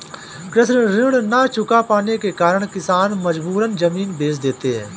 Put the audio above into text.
कृषि ऋण न चुका पाने के कारण किसान मजबूरन जमीन बेच देते हैं